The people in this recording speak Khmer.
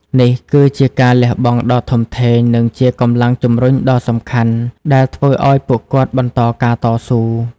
នេះគឺជាការលះបង់ដ៏ធំធេង និងជាកម្លាំងជំរុញដ៏សំខាន់ដែលធ្វើឱ្យពួកគាត់បន្តការតស៊ូ។